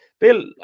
Bill